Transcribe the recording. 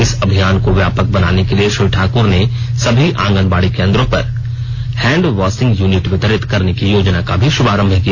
इस अभियान को व्यापक बनाने के लिए श्री ठाकुर ने सभी आंगनबाड़ी केन्द्रों पर हैण्ड वासिंग यूनिट वितरित करने की योजना का भी ष्मारंभ किया